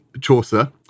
Chaucer